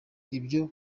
ibyo